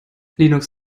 linux